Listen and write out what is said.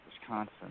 Wisconsin